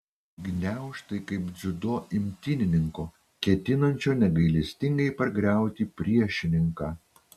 gniaužtai kaip dziudo imtynininko ketinančio negailestingai pargriauti priešininką